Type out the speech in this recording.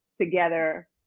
together